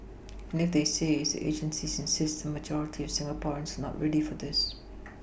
and if they say if the agencies insist the majority of Singaporeans are not ready for this